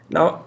Now